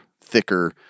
thicker